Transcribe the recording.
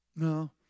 No